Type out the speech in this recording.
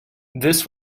this